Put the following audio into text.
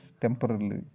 temporarily